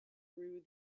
through